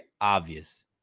obvious